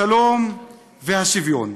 השלום והשוויון.